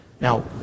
Now